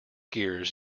gears